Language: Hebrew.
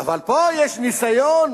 אבל פה יש ניסיון